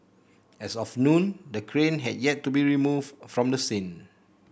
as of noon the crane had yet to be removed from the scene